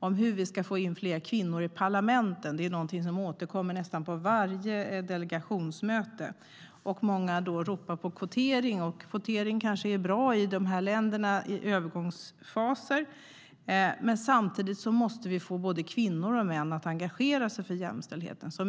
om hur vi ska få in fler kvinnor i parlamenten. Det är någonting som återkommer på nästan varje delegationsmöte. Många ropar på kvotering. Kvotering kanske är bra i dessa länder under övergångsfaser, men samtidigt måste vi få både kvinnor och män att engagera sig för jämställdheten.